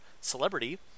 celebrity